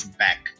back